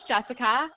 Jessica